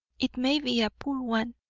it may be a poor one,